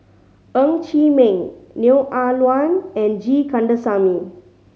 Ng Chee Meng Neo Ah Luan and G Kandasamy